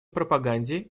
пропаганде